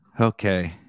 Okay